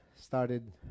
started